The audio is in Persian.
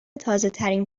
تازهترین